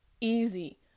easy